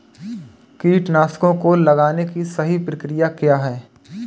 कीटनाशकों को लगाने की सही प्रक्रिया क्या है?